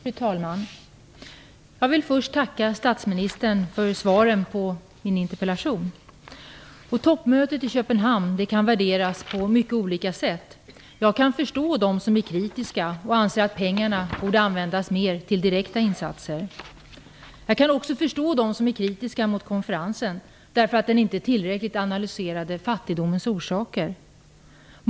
Fru talman! Jag vill först tacka statsministern för svaret på min interpellation. Toppmötet i Köpenhamn kan värderas på mycket olika sätt. Jag kan förstå dem som är kritiska och anser att pengarna hellre borde användas till direkta insatser. Jag kan också förstå dem som är kritiska mot konferensen därför att den inte tillräckligt analyserade fattigdomens orsaker.